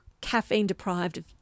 caffeine-deprived